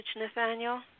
Nathaniel